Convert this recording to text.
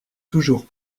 toujours